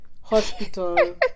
hospital